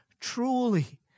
truly